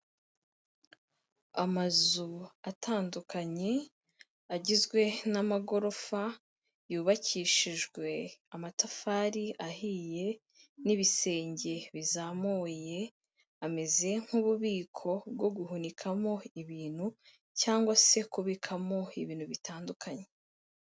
Amazu atandukanye agizwe n'amagorofa yubakishijwe amatafari ahiye n'ibisenge bizamuye, ameze nk'ububiko bwo guhunikamo ibintu cyangwa se kubikamo ibintu bitandukanye.